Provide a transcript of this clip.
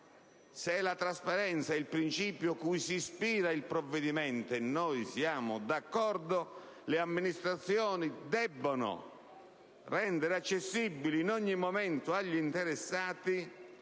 Se è la trasparenza il principio cui si ispira il provvedimento (e noi siamo d'accordo), le amministrazioni devono rendere accessibili in ogni momento agli interessati